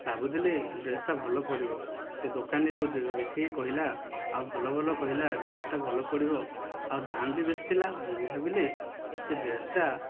ଭାବୁଥିଲି ଡ୍ରେସଟା ଭଲ ପଡିବ ସେ ଦୋକାନୀ ଯେଉଁ ଦେଖେଇକି କହିଲା ଆଉ ଭଲ ଭଲ କହିଲା ଡ୍ରେସଟା ଭଲ ପଡିବ ଆଉ ଦାମ୍ ବି ବେଶୀ ଥିଲା ମୁଁ ଭାବିଲି ସେ ଡ୍ରେସଟା